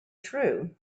true